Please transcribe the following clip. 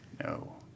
No